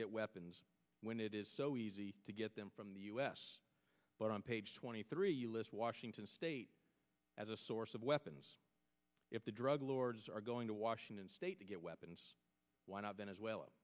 get weapons when it is so easy to get them from the u s but on page twenty three list washington state as a source of weapons if the drug lords are going to washington state to get weapons why not venezuela